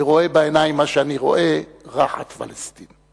ורואה בעיניים מה שאני רואה, "ראחת פלסטין".